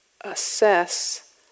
assess